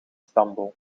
stamboom